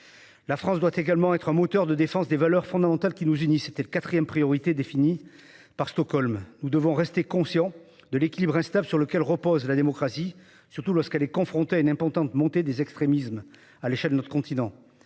La France doit également être un moteur de la défense des valeurs fondamentales qui nous unissent. C'était la quatrième priorité définie par la Suède pour sa présidence du Conseil de l'Union européenne. Nous devons rester conscients de l'équilibre instable sur lequel repose la démocratie, surtout lorsqu'elle est confrontée à une importante montée des extrémismes à l'échelle de notre continent.